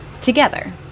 together